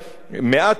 מעט מדי,